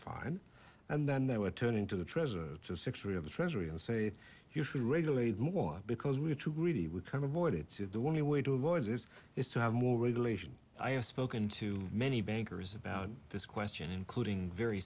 fine and then that would turn into the treasury secretary of the treasury and say you should regulate more because we're too greedy would come avoid it the one way to avoid this is to have more regulation i have spoken to many bankers about this question including very